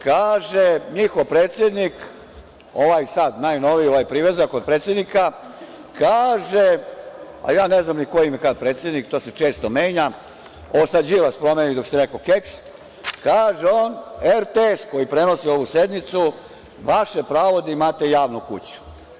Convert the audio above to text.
Kaže njihov predsednik, ovaj sad najnoviji, ovaj privezak od predsednika, a ja ne znam ni ko im je kada predsednik, to se često menja, ovo sada Đilas promeni dok si rekao keks, kaže on – RTS, koji prenosi ovu sednicu, vaše pravo da imate javnu kuću.